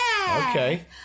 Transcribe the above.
Okay